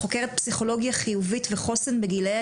חוקרת פסיכולוגיה חיובית וחוסן בגלאי